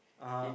(uh huh)